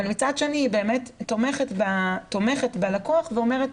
אבל מצד שני היא באמת תומכת בלקוח ואומרת: